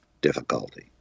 difficulty